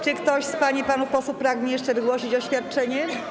Czy ktoś z pań i panów pragnie jeszcze wygłosić oświadczenie?